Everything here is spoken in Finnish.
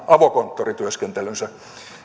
avokonttorityöskentelynsä